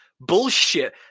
bullshit